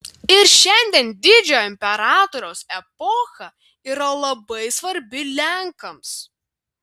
ir šiandien didžiojo imperatoriaus epocha yra labai svarbi lenkams